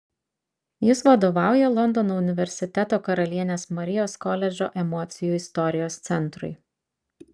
jis vadovauja londono universiteto karalienės marijos koledžo emocijų istorijos centrui